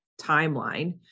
timeline